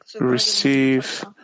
receive